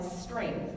strength